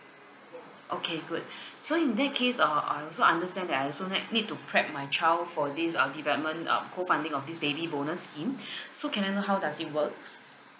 okay good so in that case uh I also understand that I also need need to prep my child for this uh development uh co funding of this baby bonus scheme so can I know how does it works